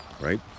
right